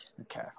Okay